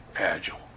agile